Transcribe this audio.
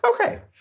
Okay